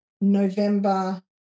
November